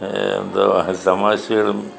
എന്താ തമാശകളും